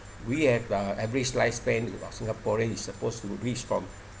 we have uh average lifespan about singaporean is supposed to reach from